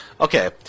Okay